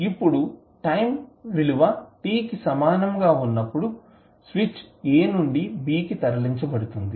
ఇప్పుడు టైం విలువ t కి సమానం గా ఉన్నప్పుడు స్విచ్ a నుండి b కి తరలించబడుతుంది